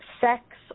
sex